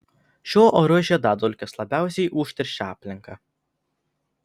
šiuo oru žiedadulkės labiausiai užteršia aplinką